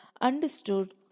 understood